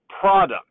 product